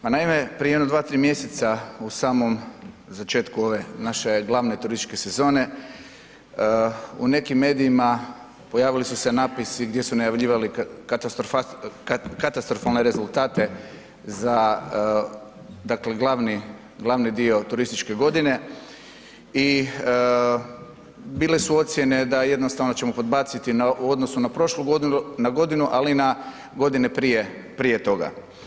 Pa naime, prije jedno 2,3 mjeseca u samom začetku ove naše glavne turističke sezone u nekim medijima pojavili su se natpisi gdje su najavljivali katastrofalne rezultate za dakle glavni dio turističke godine i bile su ocjene da jednostavno ćemo podbaciti u odnosu na prošlu godinu, ali i na godine prije, prije toga.